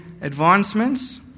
advancements